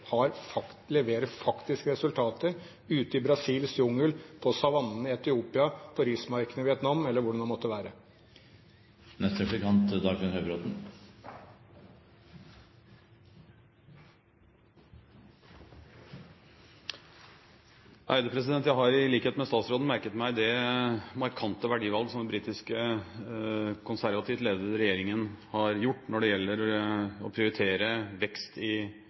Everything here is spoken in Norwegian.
leverer faktiske resultater ute i Brasils jungel, på savannene i Etiopia, på rismarkene i Vietnam, eller hvor det nå måtte være. Jeg har i likhet med statsråden merket meg det markante verdivalg som den britiske konservativt ledede regjeringen har gjort når det gjelder å prioritere vekst i